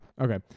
Okay